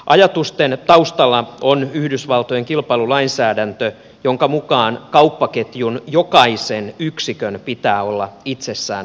ajatusten taustalla on yhdysvaltojen kilpailulainsäädäntö jonka mukaan kauppaketjun jokaisen yksikön pitää olla itsessään kannattava